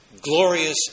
glorious